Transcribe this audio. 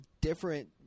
different